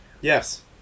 yes